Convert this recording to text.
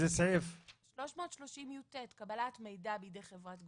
יש משרדים שמטפלים בסיוע בקביעת השומה.